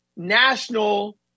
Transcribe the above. national